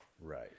Right